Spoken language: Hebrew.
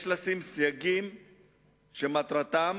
יש לשים סייגים שמטרתם